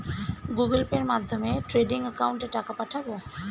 Google পের মাধ্যমে trading একাউন্টে টাকা পাঠাবো?